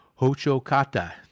hochokata